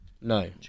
No